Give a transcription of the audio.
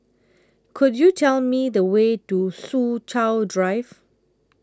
Could YOU Tell Me The Way to Soo Chow Drive